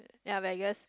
ya Vegas